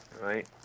right